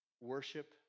worship